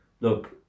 look